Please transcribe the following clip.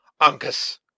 uncas